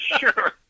sure